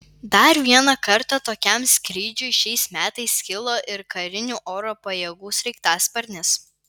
dar vieną kartą tokiam skrydžiui šiais metais kilo ir karinių oro pajėgų sraigtasparnis